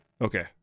okay